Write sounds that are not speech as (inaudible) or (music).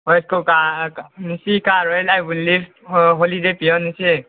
ꯍꯣꯏ ꯁ꯭ꯀꯨꯜ ꯉꯁꯤ ꯀꯥꯔꯔꯣꯏ (unintelligible) ꯑꯥ ꯍꯣꯂꯤꯗꯦ ꯄꯤꯌꯣ ꯉꯁꯤ